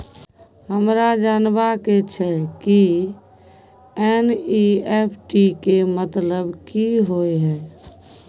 हमरा जनबा के छै की एन.ई.एफ.टी के मतलब की होए है?